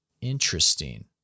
Interesting